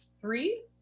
three